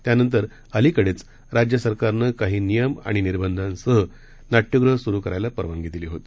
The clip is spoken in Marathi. त्यानंतरअलिकडेचराज्यसरकारनंकाहीनियमआणिनिर्बधांसहनाट्यगृहसरुकरायलापरवानगीदिलीहोती